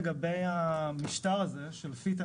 לגבי המשטר הזה של ---,